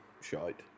shite